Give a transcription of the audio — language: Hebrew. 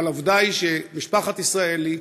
העובדה היא שמשפחת ישראלי,